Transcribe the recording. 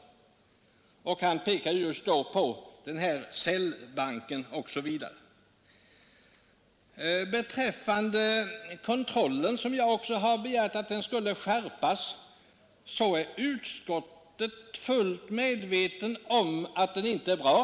Han pekade i detta sammanhang bl.a. på cellbanken. Jag har också begärt en skärpning av kontrollen, och även utskottet är fullt medvetet om att den inte är bra.